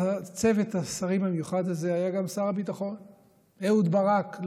בצוות השרים המיוחד הזה היה גם שר הביטחון אהוד ברק,